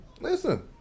Listen